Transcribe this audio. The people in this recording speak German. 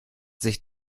sich